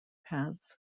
paths